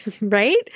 right